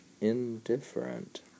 indifferent